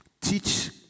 Teach